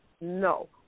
No